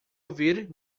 ouvir